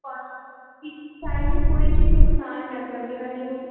sir quality चीज चाहिए कोई चीज नुकसान न करने वाली हो